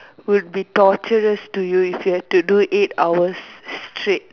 would be torturous to you if you have to do eight hours straight